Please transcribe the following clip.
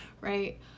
right